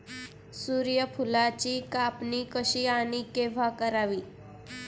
सूर्यफुलाची कापणी कशी आणि केव्हा करावी?